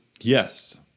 Yes